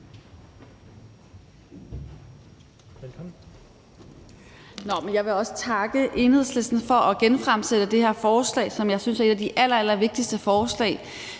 Velkommen.